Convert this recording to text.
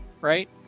right